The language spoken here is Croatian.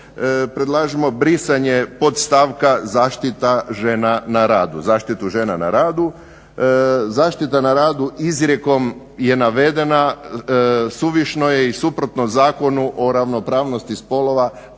predlažemo brisanje podstavka zaštita žena na radu, zaštitu žena na radu. Zaštita na radu izrijekom je navedena, suvišno je i suprotno zakonu o ravnopravnosti spolova